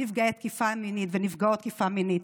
נפגעי ונפגעות תקיפה מינית.